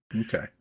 Okay